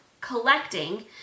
collecting